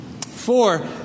Four